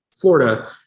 Florida